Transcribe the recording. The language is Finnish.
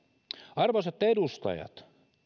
arvoisat edustajat